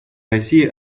россия